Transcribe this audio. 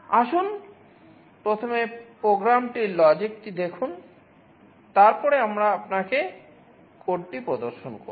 আসুন প্রথমে প্রোগ্রামটির লজিকটি দেখুন তারপরে আমরা আপনাকে কোডটি প্রদর্শন করব